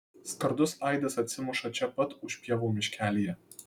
skardus aidas atsimuša čia pat už pievų miškelyje